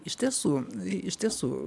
iš tiesų iš tiesų